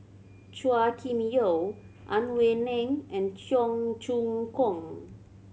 Chua Kim Yeow Ang Wei Neng and Cheong Choong Kong